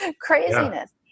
craziness